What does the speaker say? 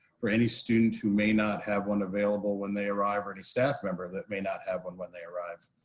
for any student who may not have one available when they arrive or any staff member that may not have one when they arrive.